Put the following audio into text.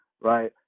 right